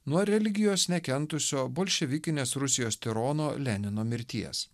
nuo religijos nekentusio bolševikinės rusijos tirono lenino mirties